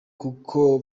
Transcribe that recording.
kuko